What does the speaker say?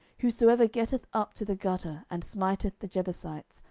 whosoever getteth up to the gutter, and smiteth the jebusites,